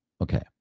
Okay